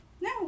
no